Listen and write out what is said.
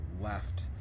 left